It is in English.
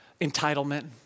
entitlement